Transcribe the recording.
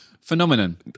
Phenomenon